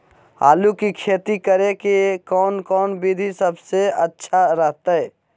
आलू की खेती करें के कौन कौन विधि सबसे अच्छा रहतय?